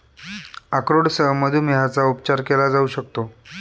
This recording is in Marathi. अक्रोडसह मधुमेहाचा उपचार केला जाऊ शकतो